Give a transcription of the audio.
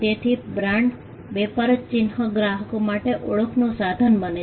તેથી બ્રાન્ડ વેપાર ચિહ્ન ગ્રાહક માટે ઓળખનું સાધન બને છે